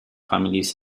families